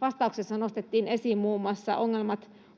vastauksessa nostettiin esiin muun muassa ongelmat koulutuksessa